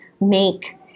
make